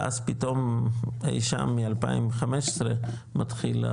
ואז פתאום אי שם מ-2015 מתחיל